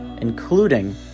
including